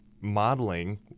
modeling